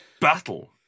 battle